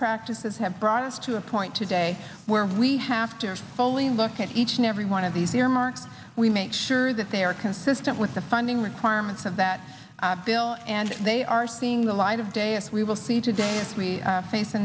practices have brought us to a point today where we have to fully look at each and every one of these earmarks we make sure that they are consistent with the funding requirements of that bill and they are seeing the light of day if we will see today as we face